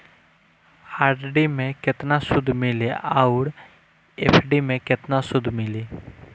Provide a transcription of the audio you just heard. RD मे केतना सूद मिली आउर एफ.डी मे केतना सूद मिली?